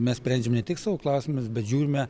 mes sprendžiam ne tik savo klausimus bet žiūrime